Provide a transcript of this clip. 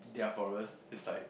their forest is like